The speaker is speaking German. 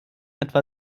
etwa